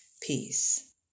peace